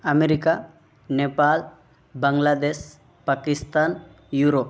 America Nepal Bangladesh Pakistan Europe